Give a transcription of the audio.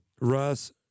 Russ